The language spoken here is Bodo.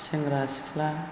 सेंग्रा सिख्ला